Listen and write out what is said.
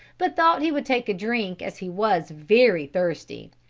but thought he would take a drink as he was very thirsty,